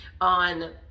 on